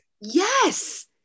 Yes